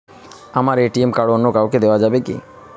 আমার ATM card অন্য কাউকে দেওয়া যাবে কি?